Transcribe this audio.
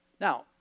Now